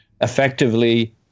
effectively